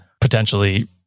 potentially